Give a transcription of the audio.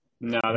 No